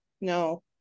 no